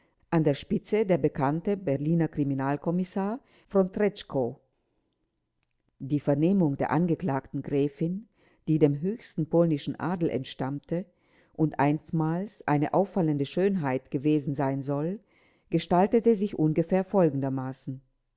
an der spitze der bekannte berliner kriminalkommissar v tresckow i die vernehmung der angeklagten gräfin die dem höchsten polnischen adel entstammte und einstmals eine auffallende schönheit gewesen wesen sein soll gestaltete sich ungefähr folgendermaßen